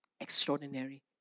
extraordinary